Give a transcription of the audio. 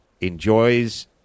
enjoys